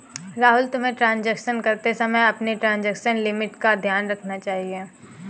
राहुल, तुम्हें ट्रांजेक्शन करते समय अपनी ट्रांजेक्शन लिमिट का ध्यान रखना चाहिए